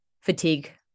fatigue